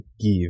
give